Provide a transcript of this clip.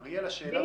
אריאל, השאלה